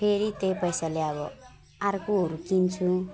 फेरि त्यही पैसाले अब अर्कोहरू किन्छु